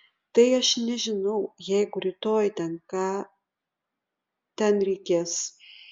tai aš nežinau jeigu rytoj ten ką ten reikės